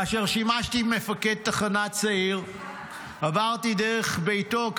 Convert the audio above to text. כאשר שימשתי מפקד תחנה צעיר עברתי דרך ביתו,